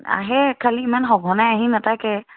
আহে খালী ইমান সঘনাই আহি নাথাকে